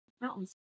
mountains